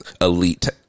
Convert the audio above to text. elite